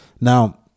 Now